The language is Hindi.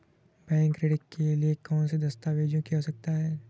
बैंक ऋण के लिए कौन से दस्तावेजों की आवश्यकता है?